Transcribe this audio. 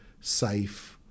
safe